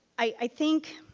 i think,